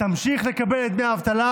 תמשיך לקבל את דמי האבטלה